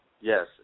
Yes